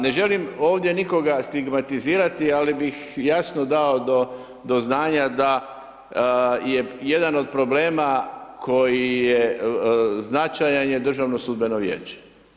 Ne želim ovdje nikoga stigmatizirati, ali bih jasno dao do znanja da je jedan od problema koji je značajan je Državno sudbeno vijeće.